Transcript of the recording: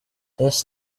this